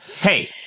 Hey